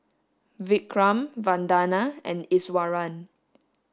Vikram Vandana and Iswaran